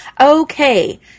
Okay